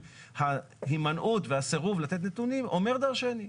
ההימנעות והסירוב לתת נתונים אומר דרשני.